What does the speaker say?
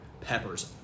peppers